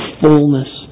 fullness